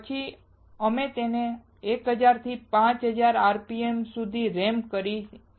પછી અમે તેને 1000 થી 5000 rpm સુધી રેમ્પ કરીએ છીએ